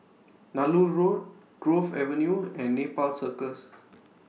Nallur Road Grove Avenue and Nepal Circus